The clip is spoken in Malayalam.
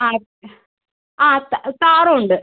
ആ ആ താറും ഉണ്ട്